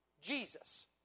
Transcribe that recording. Jesus